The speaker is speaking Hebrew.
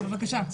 בבקשה.